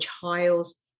child's